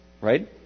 right